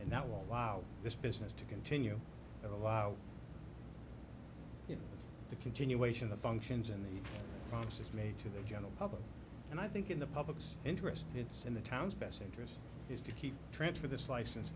and that will allow this business to continue to allow the continuation of functions and promises made to the general public and i think in the public's interest it's in the town's best interest is to keep transfer this license